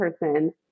person